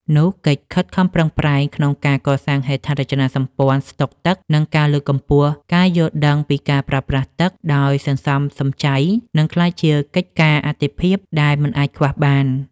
នោះកិច្ចខិតខំប្រឹងប្រែងក្នុងការកសាងហេដ្ឋារចនាសម្ព័ន្ធស្ដុកទឹក និងការលើកកម្ពស់ការយល់ដឹងពីការប្រើប្រាស់ទឹកដោយសន្សំសំចៃ នឹងក្លាយជាកិច្ចការអាទិភាពដែលមិនអាចខ្វះបាន។